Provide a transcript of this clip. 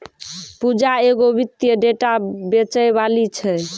पूजा एगो वित्तीय डेटा बेचैबाली छै